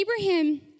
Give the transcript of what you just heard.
Abraham